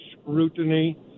scrutiny